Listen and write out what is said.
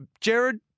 Jared